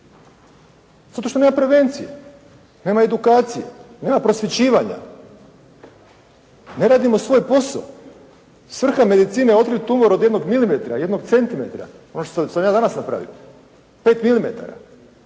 Zato što nema prevencije. Nema edukacije. Nema prosvjećivanja. Ne radimo svoj posao. Svrha medicine je otkriti tumor od jednog milimetra, jednog centimetra. Ono što sam ja danas napravio. Pet milimetara.